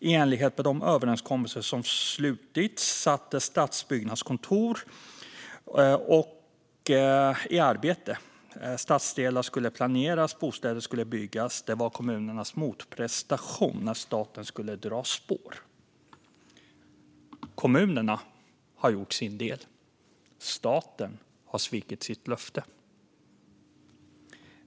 I enlighet med de överenskommelser som slutits sattes stadsbyggnadskontor i arbete; stadsdelar skulle planeras och bostäder skulle byggas. Det var kommunernas motprestation när staten skulle dra spår. Kommunerna har gjort sin del. Staten har svikit sitt löfte.